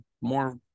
more